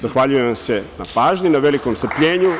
Zahvaljujem vam se na pažnji i velikom strpljenju.